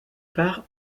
part